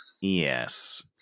Yes